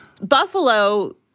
buffalo